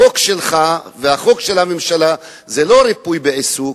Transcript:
החוק שלך והחוק של הממשלה, זה לא ריפוי בעיסוק,